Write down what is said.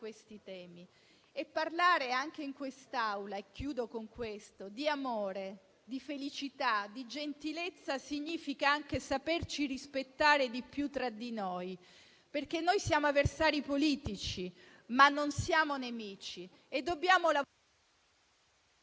questi temi. E parlare anche in quest'Aula - e chiudo con questo - di amore, di felicità e di gentilezza significa saperci rispettare di più tra di noi, perché noi siamo avversari politici, ma non siamo nemici, e dobbiamo parlare